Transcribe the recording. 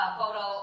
photo